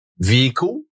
vehicle